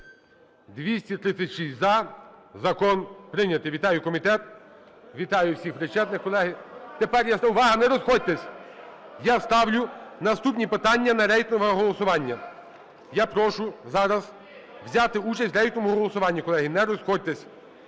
За-236 Закон прийнятий. Вітаю комітет! Вітаю всіх причетних, колеги! Тепер я… Увага! Не розходьтеся! Я ставлю наступні питання на рейтингове голосування. Я прошу зараз взяти участь в рейтинговому голосуванні, колеги, не розходьтесь.